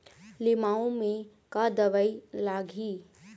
लिमाऊ मे का दवई लागिही?